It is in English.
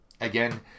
again